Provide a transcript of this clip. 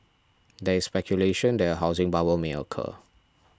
there is speculation that a housing bubble may occur